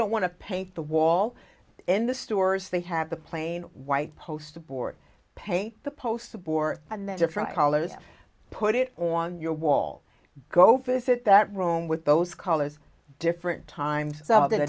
don't want to paint the wall in the stores they have the plain white poster board pay the poster board and the different colors put it on your wall go visit that room with those colors different times of the